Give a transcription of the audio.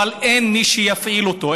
אבל אין מי שיפעיל אותו,